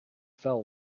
fell